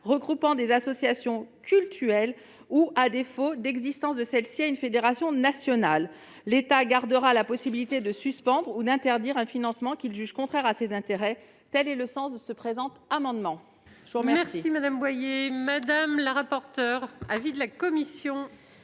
regroupant des associations cultuelles ou, à défaut d'existence de celle-ci, à une fédération nationale. L'État gardera la possibilité de suspendre ou d'interdire un financement qu'il juge contraire à ses intérêts. Quel est l'avis de la commission ? Cet amendement